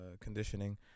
conditioning